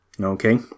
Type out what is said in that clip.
Okay